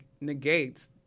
negates